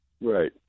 right